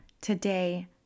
today